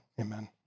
Amen